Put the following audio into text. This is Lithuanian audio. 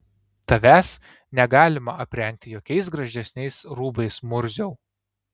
tavęs negalima aprengti jokiais gražesniais rūbais murziau